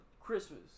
christmas